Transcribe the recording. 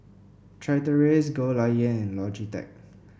Chateraise Goldlion and Logitech